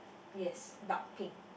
yes dark pink